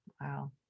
Wow